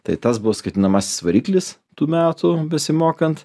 tai tas buvo skatinamasis variklis tų metų besimokant